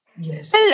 Yes